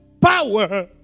power